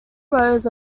rows